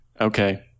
Okay